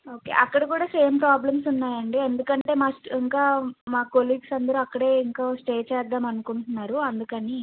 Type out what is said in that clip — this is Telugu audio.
ఓకే అక్కడ కూడా సేమ్ ప్రాబ్లమ్స్ ఉన్నాయా అండి ఎందుకంటే మా ఇంకా మా కొలీగ్స్ అందరూ అక్కడే ఇంకా స్టే చేద్దాం అనుకుంటున్నారు అందుకని